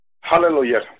Hallelujah